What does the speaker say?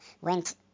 went